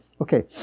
okay